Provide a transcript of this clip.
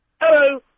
Hello